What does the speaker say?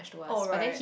oh right